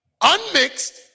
unmixed